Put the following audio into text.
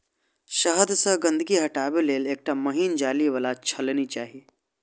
शहद सं गंदगी हटाबै लेल एकटा महीन जाली बला छलनी चाही